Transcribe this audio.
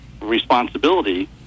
responsibility